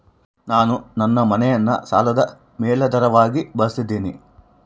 ನಾನು ನನ್ನ ಮನೆಯನ್ನ ಸಾಲದ ಮೇಲಾಧಾರವಾಗಿ ಬಳಸಿದ್ದಿನಿ